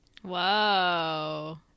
Whoa